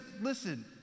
listen